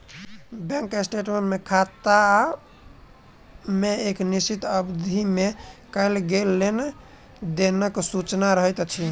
bank statement मे खाता मे एक निश्चित अवधि मे कयल गेल लेन देनक सूचना रहैत अछि